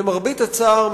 למרבה הצער,